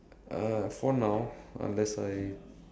uh for now unless I